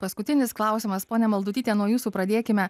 paskutinis klausimas pone maldutytė nuo jūsų pradėkime